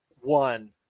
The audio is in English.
one